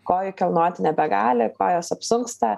kojų kilnoti nebegali kojos apsunksta